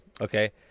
Okay